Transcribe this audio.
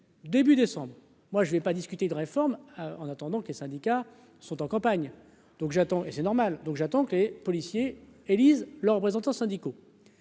début décembre, moi je vais pas discuter de réformes en attendant que les syndicats sont en campagne, donc j'attends et c'est normal, donc j'attends que les policiers élisent leurs représentants syndicaux